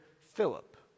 Philip